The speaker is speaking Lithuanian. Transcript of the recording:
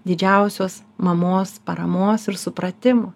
didžiausios mamos paramos ir supratimo